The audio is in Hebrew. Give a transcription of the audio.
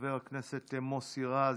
חבר הכנסת מוסי רז.